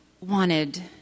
wanted